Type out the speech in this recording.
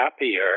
happier